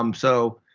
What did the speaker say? um so.